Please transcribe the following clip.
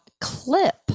Clip